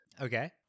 Okay